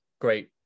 great